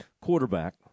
quarterback